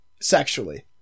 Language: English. sexually